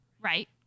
Right